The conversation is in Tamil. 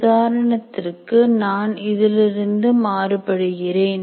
உதாரணத்திற்கு நான் இதிலிருந்து மாறுபடுகிறேன்